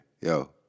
Yo